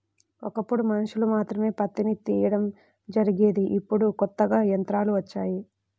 ఒకప్పుడు మనుషులు మాత్రమే పత్తిని తీయడం జరిగేది ఇప్పుడు కొత్తగా యంత్రాలు వచ్చాయి